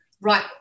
right